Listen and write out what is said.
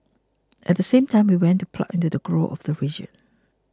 at same time we went to plug into the growth of the region